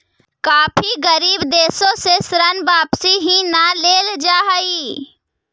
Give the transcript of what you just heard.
काफी गरीब देशों से ऋण वापिस ही न लेल जा हई